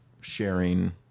sharing